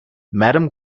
madame